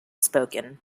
spoken